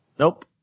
Nope